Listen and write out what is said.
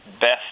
best